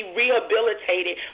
rehabilitated